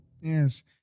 Yes